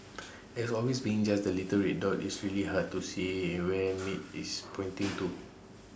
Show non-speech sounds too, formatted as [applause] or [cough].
[noise] as always being just the little red dot it's really hard to see where maid is pointing to